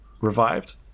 revived